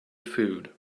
food